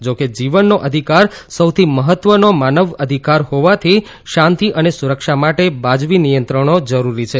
જા કે જીવનનો અધિકાર સૌથી મહત્વનો માનવાધિકાર હોવાથી શાંતિ અને સુરક્ષા માટે વાજબી નિયંત્રણો જરૂરી છે